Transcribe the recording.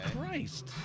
Christ